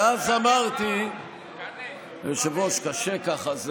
ואז אמרתי, היושב-ראש, קשה ככה.